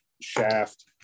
shaft